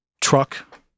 truck